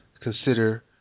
consider